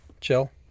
chill